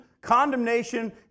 condemnation